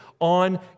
on